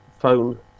phone